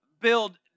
build